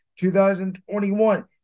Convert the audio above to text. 2021